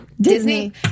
Disney